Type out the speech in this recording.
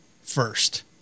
first